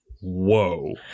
whoa